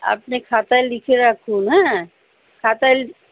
আপনই খাতায় লিখে রাখুন হ্যাঁ খাতায়